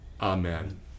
Amen